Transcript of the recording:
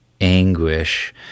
anguish